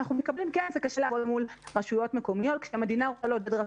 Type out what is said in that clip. זה קשה לעבוד מול רשויות מקומיות".